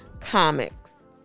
Comics